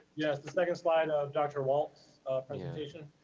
yes, the second slide ah of dr. walts presentation.